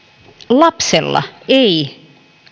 lapsella ei